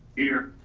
here.